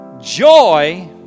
joy